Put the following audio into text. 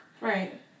Right